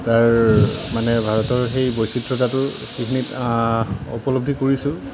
তাৰ মানে ভাৰতৰ সেই বৈচিত্ৰতাটো এইখিনিত উপলব্ধি কৰিছোঁ